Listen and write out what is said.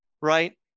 right